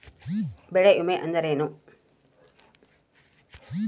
ಬೆಳೆ ವಿಮೆ ಅಂದರೇನು?